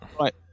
right